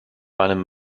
einem